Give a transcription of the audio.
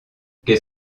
qu’est